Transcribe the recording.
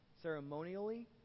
Ceremonially